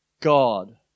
God